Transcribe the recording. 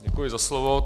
Děkuji za slovo.